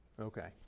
Okay